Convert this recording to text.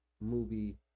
movie